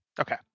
Okay